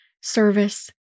service